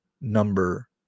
number